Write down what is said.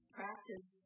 practice